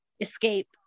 escape